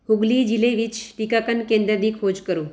ਹੂਘਲੀ ਜ਼ਿਲ੍ਹੇ ਵਿੱਚ ਟੀਕਾਕਰਨ ਕੇਂਦਰ ਦੀ ਖੋਜ ਕਰੋ